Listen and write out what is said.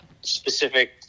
specific